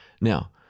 Now